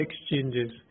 exchanges